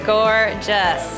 Gorgeous